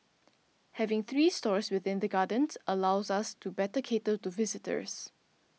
having three stores within the gardens allows us to better cater to visitors